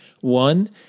One